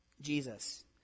Jesus